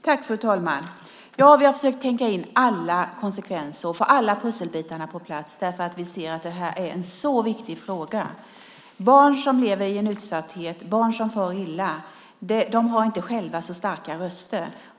Fru talman! Vi har försökt täcka in alla konsekvenser och få alla pusselbitarna på plats därför att vi ser att det här är en så viktig fråga. Barn som lever i en utsatthet och barn som far illa har inte själva så starka röster.